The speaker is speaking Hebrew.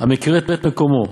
המכיר את מקומו,